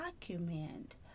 document